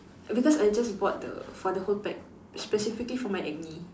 because I just bought the for the whole pack specifically for my acne